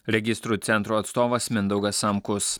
registrų centro atstovas mindaugas samkus